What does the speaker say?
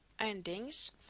endings